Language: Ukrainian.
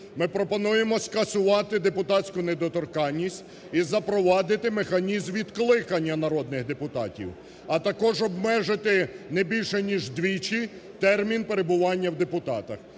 Ми пропонуємо скасувати депутатську недоторканість і запровадити механізм відкликання народних депутатів, а також обмежити не більше, ніж двічі термін перебування в депутатах,